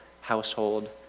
household